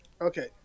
Okay